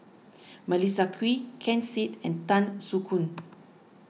Melissa Kwee Ken Seet and Tan Soo Khoon